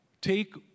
take